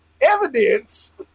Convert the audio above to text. evidence